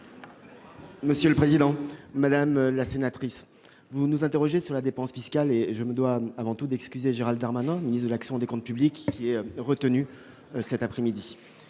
comptes publics. Madame la sénatrice, vous nous interrogez sur la dépense fiscale et je me dois avant tout d'excuser Gérald Darmanin, ministre de l'action et des comptes publics, qui est retenu par